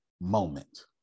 moment